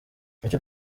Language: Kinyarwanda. icyo